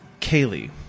Kaylee